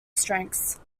strengths